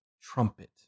trumpet